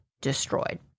destroyed